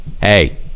hey